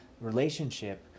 relationship